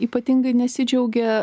ypatingai nesidžiaugia